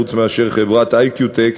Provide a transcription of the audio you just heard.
חוץ מאשר חברת "איקיוטק",